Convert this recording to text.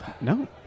no